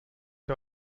der